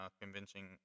convincing